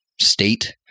state